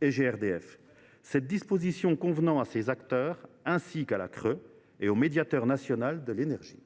et GRDF, cette disposition convenant à ces acteurs, ainsi qu’à la CRE et au médiateur national de l’énergie